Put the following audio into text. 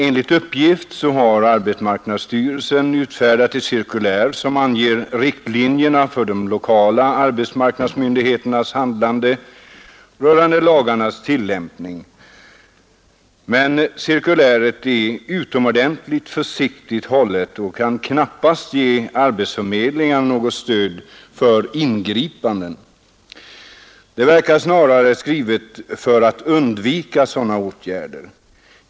Enligt uppgift har arbetsmarknadsstyrelsen utfärdat ett cirkulär som anger riktlinjerna för de lokala arbetsmarknadsmyndigheternas handlande rörande lagarnas tillämpning. Men cirkuläret är utomordentligt försiktigt hället och kan knappast ge arbetsförmedlingarna något stöd för ingripanden. Det verkar snarare skrivet för att undvika sädana åtgärder.